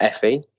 FE